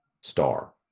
star